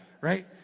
right